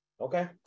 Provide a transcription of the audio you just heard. Okay